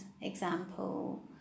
example